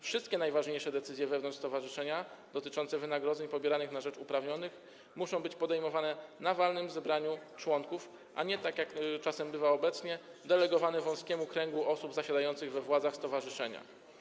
Wszystkie najważniejsze decyzje zapadające wewnątrz stowarzyszenia, dotyczące wynagrodzeń pobieranych na rzecz uprawnionych, muszą być podejmowane na walnym zebraniu członków, a nie - tak jak czasem bywa obecnie - delegowane wąskiemu kręgowi osób zasiadających we władzach stowarzyszenia.